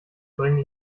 bringen